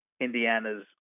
Indiana's